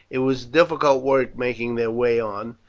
it was difficult work making their way on,